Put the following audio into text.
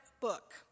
book